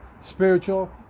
spiritual